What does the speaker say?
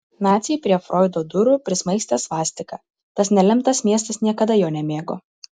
naciai prie froido durų prismaigstė svastiką tas nelemtas miestas niekada jo nemėgo